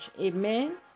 Amen